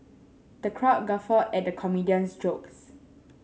the crowd guffawed at the comedian's jokes